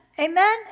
Amen